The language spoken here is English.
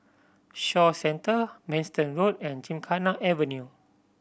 Shaw Centre Manston Road and Gymkhana Avenue